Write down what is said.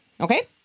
Okay